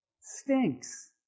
stinks